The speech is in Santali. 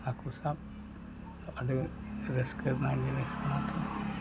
ᱦᱟᱹᱠᱩ ᱥᱟᱵ ᱟᱹᱰᱤ ᱨᱟᱹᱥᱠᱟᱹ ᱨᱮᱱᱟᱜ ᱡᱤᱱᱤᱥ ᱠᱟᱱᱟ